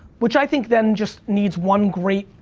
which i think, then, just needs one great,